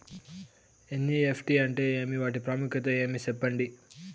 NEFT అంటే ఏమి వాటి ప్రాముఖ్యత ఏమి? సెప్పండి?